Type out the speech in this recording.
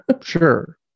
Sure